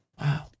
Wow